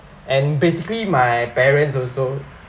and basically my parents also